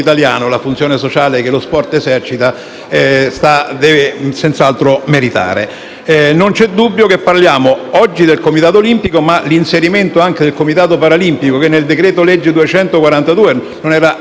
la funzione sociale che lo sport esercita senz'altro meritano. Non vi è dubbio che parliamo oggi del Comitato olimpico. Ma l'inserimento anche del Comitato paralimpico, che nel decreto legislativo n.